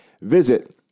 Visit